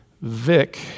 Vic